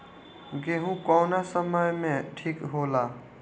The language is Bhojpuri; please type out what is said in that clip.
गेहू कौना समय मे ठिक होला?